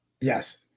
Yes